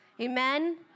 Amen